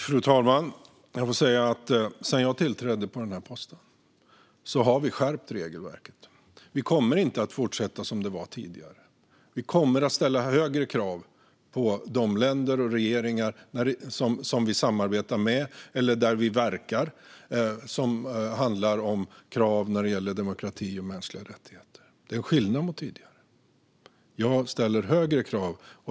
Fru talman! Sedan jag tillträdde den här posten har vi skärpt regelverket. Vi kommer inte att fortsätta som det var tidigare. Vi kommer att ställa högre krav när det gäller demokrati och mänskliga rättigheter på de länder och regeringar som vi samarbetar med eller där vi verkar. Det är en skillnad mot tidigare. Jag ställer högre krav.